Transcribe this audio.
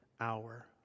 hour